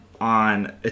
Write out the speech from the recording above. on